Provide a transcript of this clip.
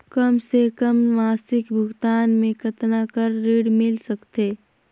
कम से कम मासिक भुगतान मे कतना कर ऋण मिल सकथे?